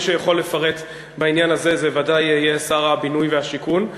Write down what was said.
מי שיכול לפרט בעניין הזה זה ודאי יהיה שר הבינוי והשיכון.